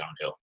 downhill